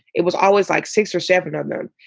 it was always like six or seven of them.